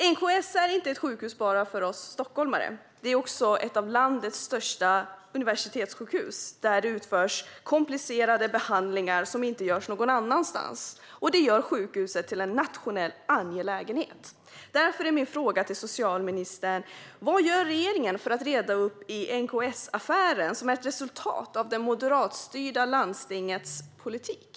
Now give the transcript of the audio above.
NKS är inte ett sjukhus bara för oss stockholmare, utan det är också ett av landets största universitetssjukhus. Där utförs komplicerade behandlingar som inte görs någon annanstans. Detta gör sjukhuset till en nationell angelägenhet. Min fråga till socialministern är därför: Vad gör regeringen för att reda upp i NKS-affären, som är ett resultat av det moderatstyrda landstingets politik?